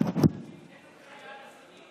נא לשמור על השקט.